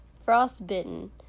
frostbitten